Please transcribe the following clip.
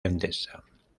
endesa